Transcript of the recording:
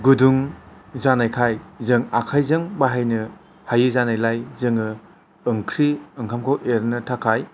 गुदुं जानायखाय जों आखायजों बाहायनो हायै जानायलाय जोङाे ओंख्रि ओंखामखौ एरनो थाखाय